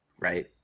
Right